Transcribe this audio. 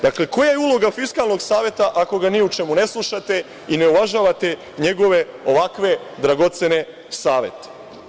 Dakle, koja je uloga Fiskalnog saveta, ako ga ni u čemu ne slušate i ne uvažavate njegove ovakve dragocene savete.